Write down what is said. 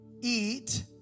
eat